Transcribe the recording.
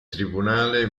tribunale